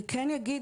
אני כן אגיד,